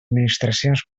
administracions